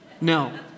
No